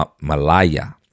Malaya